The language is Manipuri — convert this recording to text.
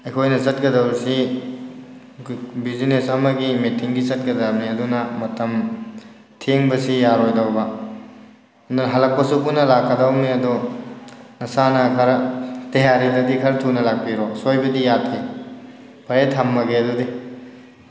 ꯑꯩꯈꯣꯏꯅ ꯆꯠꯀꯗꯕꯁꯤ ꯕ꯭ꯌꯨꯖꯤꯅꯦꯁ ꯑꯃꯒꯤ ꯃꯤꯇꯤꯡꯒꯤ ꯆꯠꯀꯗꯕꯅꯤ ꯑꯗꯨꯅ ꯃꯇꯝ ꯊꯦꯡꯕꯁꯤ ꯌꯥꯔꯣꯏꯗꯧꯕ ꯑꯗꯨꯅ ꯍꯜꯂꯛꯄꯁꯨ ꯄꯨꯟꯅ ꯂꯥꯛꯀꯗꯧꯅꯤ ꯑꯗꯣ ꯅꯁꯥꯅ ꯈꯔ ꯇꯌꯥꯔꯤꯗꯗꯤ ꯈꯔ ꯊꯨꯅ ꯂꯥꯛꯄꯤꯔꯣ ꯁꯣꯏꯕꯗꯤ ꯌꯥꯗꯦ ꯐꯔꯦ ꯊꯝꯃꯒꯦ ꯑꯗꯨꯗꯤ